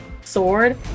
sword